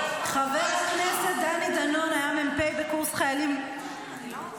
חבר הכנסת דני דנון היה מ"פ בקורס חיילים מחו"ל,